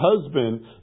husband